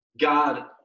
God